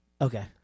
Okay